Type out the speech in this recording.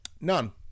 None